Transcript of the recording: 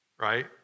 right